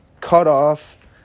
cutoff